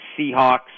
Seahawks